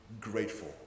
grateful